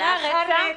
אחרי הרצח,